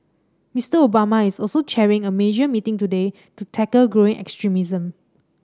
Mister Obama is also chairing a major meeting today to tackle growing extremism